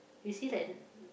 you see like